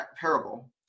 parable